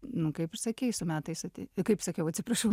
nu kaip ir sakei su metais atei kaip sakiau atsiprašau